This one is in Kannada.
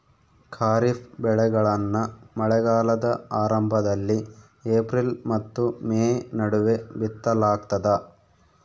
ಖಾರಿಫ್ ಬೆಳೆಗಳನ್ನ ಮಳೆಗಾಲದ ಆರಂಭದಲ್ಲಿ ಏಪ್ರಿಲ್ ಮತ್ತು ಮೇ ನಡುವೆ ಬಿತ್ತಲಾಗ್ತದ